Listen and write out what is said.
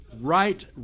right